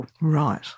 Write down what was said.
Right